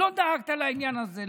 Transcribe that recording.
לא דאגת לעניין הזה?